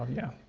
yeah,